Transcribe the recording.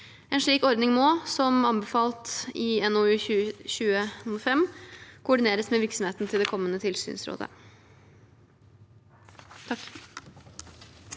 En slik ordning må, som anbefalt i NOU 2020: 5, koordineres med virksomheten til det kommende tilsynsrådet.